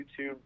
YouTube